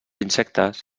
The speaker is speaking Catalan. insectes